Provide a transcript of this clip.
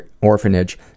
orphanage